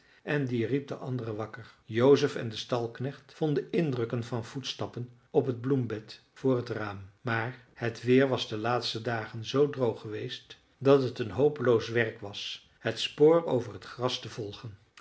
en die riep de anderen wakker joseph en de stalknecht vonden indrukken van voetstappen op het bloembed voor het raam maar het weer was de laatste dagen zoo droog geweest dat het een hopeloos werk was het spoor over het gras te volgen